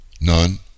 None